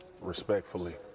Respectfully